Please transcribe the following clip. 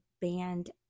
band